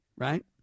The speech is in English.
Right